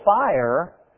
fire